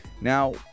Now